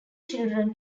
children